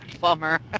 bummer